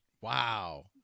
Wow